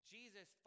Jesus